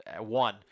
one